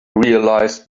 realize